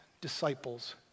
disciples